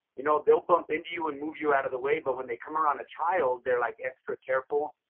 you know, they'll bump into you and move you out of the way. but when they come around a child, they're like extra careful.